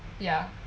ya